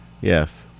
Yes